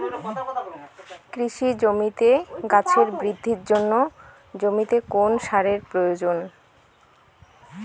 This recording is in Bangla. কৃষি জমিতে গাছের বৃদ্ধির জন্য জমিতে কোন সারের প্রয়োজন?